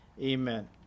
Amen